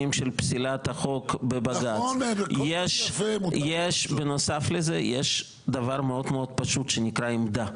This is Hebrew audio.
של פסילת החוק בבג"צ יש בנוסף לזה דבר מאוד מאוד פשוט שנקרא עמדה,